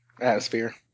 Atmosphere